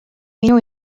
minu